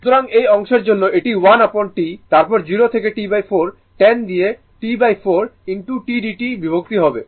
সুতরাং এই অংশের জন্য এটি 1 upon T তারপর 0 থেকে T4 10 দিয়ে T4 tdt বিভক্ত হবে